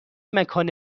مکان